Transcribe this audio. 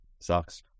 sucks